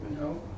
No